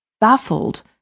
Baffled